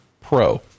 pro